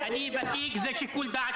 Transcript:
תתחיל מהתחלה,